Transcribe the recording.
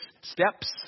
steps